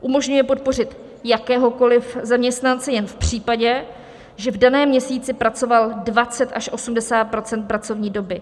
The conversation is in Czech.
Umožňuje podpořit jakéhokoliv zaměstnance jen v případě, že v daném měsíci pracoval 20 až 80 % pracovní doby.